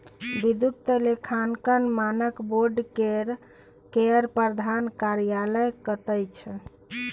वित्तीय लेखांकन मानक बोर्ड केर प्रधान कार्यालय कतय छै